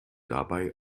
dabei